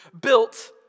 built